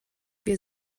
wir